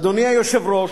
אדוני היושב-ראש,